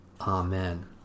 Amen